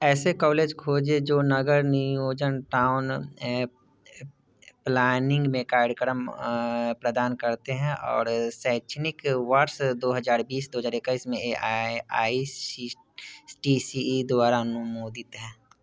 ऐसे कॉलेज खोजें जो नगर नियोजन में कार्यक्रम प्रदान करते हैं और शैक्षणिक वर्ष दो हज़ार बीस दो हज़ार इक्कीस में A I C T E द्वारा अनुमोदित हैं